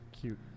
Cute